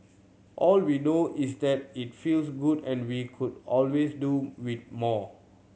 all we know is that it feels good and we could always do with more